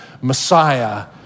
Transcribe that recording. Messiah